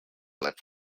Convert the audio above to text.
left